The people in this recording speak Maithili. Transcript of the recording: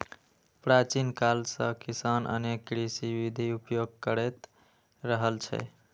प्राचीन काल सं किसान अनेक कृषि विधिक उपयोग करैत रहल छै